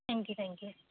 thank you thank you